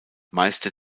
meister